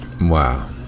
Wow